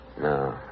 No